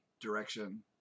direction